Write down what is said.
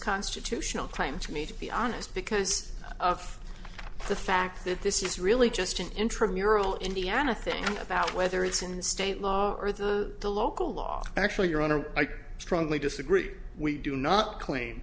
constitutional claim to me to be honest because of the fact that this is really just an intramural indiana thing about whether it's in the state law or the the local law actually you're on a bike strongly disagree we do not cl